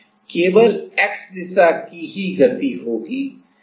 और अब device capacitance का न्यूनतम मान क्या हो सकता है